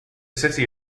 city